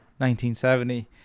1970